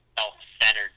self-centered